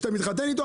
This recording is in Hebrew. כשאתה מתחתן איתו,